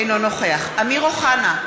אינו נוכח אמיר אוחנה,